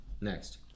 next